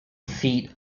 feet